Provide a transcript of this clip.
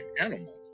animal